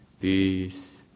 peace